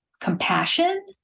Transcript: compassion